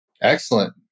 Excellent